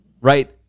right